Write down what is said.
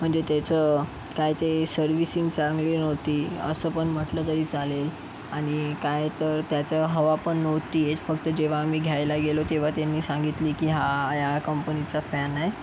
म्हणजे त्याचं काय ते सर्व्हिसिंग चांगली नव्हती असं पण म्हटलं तरी चालेल आणि काय तर त्याचं हवा पण नव्हती येत फक्त जेव्हा आम्ही घ्यायला गेलो तेव्हा त्यांनी सांगितली की हा या कंपनीचा फॅन आहे